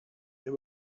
they